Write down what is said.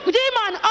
demon